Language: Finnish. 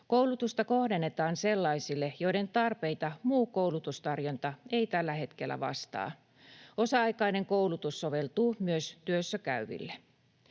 Koulutusta kohdennetaan sellaisille, joiden tarpeita muu koulutustarjonta ei tällä hetkellä vastaa. Osa-aikainen koulutus soveltuu myös työssäkäyville.